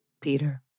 Peter